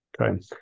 Okay